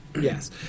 Yes